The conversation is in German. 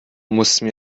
mussten